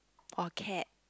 or cat